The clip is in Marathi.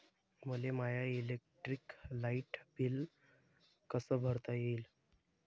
मले माय इलेक्ट्रिक लाईट बिल कस भरता येईल?